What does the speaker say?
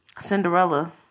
Cinderella